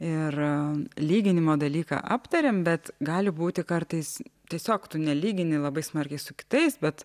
ir lyginimo dalyką aptarėm bet gali būti kartais tiesiog tu nelygini labai smarkiai su kitais bet